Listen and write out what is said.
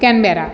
Canberra